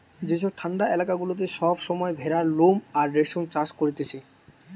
যেসব ঠান্ডা এলাকা গুলাতে সব সময় ভেড়ার লোম আর রেশম চাষ করতিছে